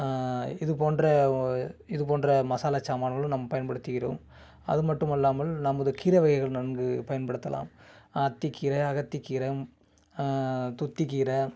இது போன்ற ஒ இது போன்ற மசாலா சாமான்களும் நாம் பயன்படுத்திக்கிறோம் அது மட்டும் அல்லாமல் நமது கீரைவகைகள் நன்கு பயன்படுத்தலாம் அத்திக்கீரை அகத்திக்கீரை துத்திக்கீரை